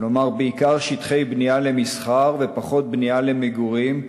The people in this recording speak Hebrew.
כלומר בעיקר שטחי בנייה למסחר ופחות בנייה למגורים,